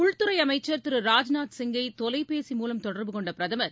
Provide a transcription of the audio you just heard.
உள்துறை அமைச்சர் திரு ராஜ்நாத் சிங்கை தொலைபேசி மூலம் தொடர்பு கொண்ட பிரதமர்